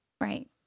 Right